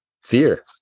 fear